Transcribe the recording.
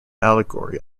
allegory